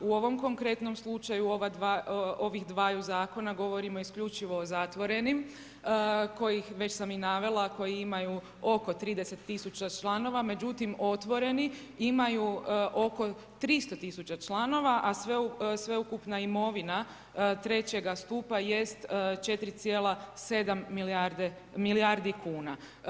U ovom konkretnom slučajeva, ovih dvaju zakona govorimo isključivo o zatvorenim, kojih već sam i navela koji imaju oko 30000 članova, međutim, otvoreni imaju oko 300000 članova, a sveukupna imovina trećega stupa jest 4,7 milijardi kuna.